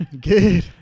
Good